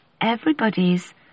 everybody's